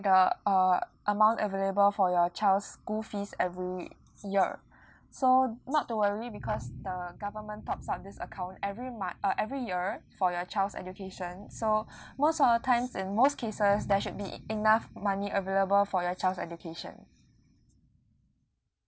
the uh amount available for your child's school fees every week year so not to worry because the government tops up this account every mon~ uh every year for your child's education so most of the times in most cases there should be enough money available for your child's education